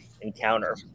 encounter